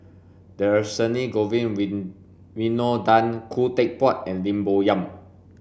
Dhershini Govin Win Winodan Khoo Teck Puat and Lim Bo Yam